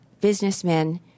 businessmen